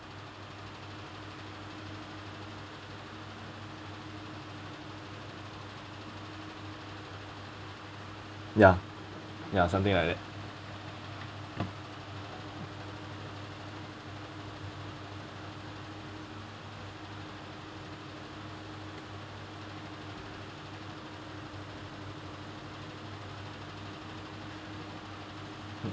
ya ya something like that